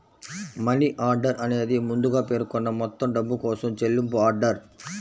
money order అనేది ముందుగా పేర్కొన్న మొత్తం డబ్బు కోసం చెల్లింపు ఆర్డర్